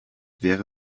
wäre